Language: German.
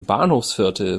bahnhofsviertel